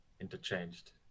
interchanged